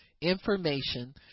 information